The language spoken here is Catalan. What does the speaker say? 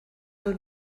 del